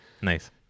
nice